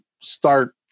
start